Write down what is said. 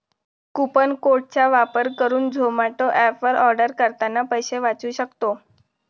coupon code चा वापर करुन झोमाटो एप वर आर्डर करतांना पैसे वाचउ सक्तो